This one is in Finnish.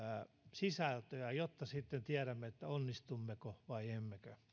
sisältöä jotta sitten tiedämme onnistummeko vai emmekö